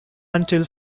until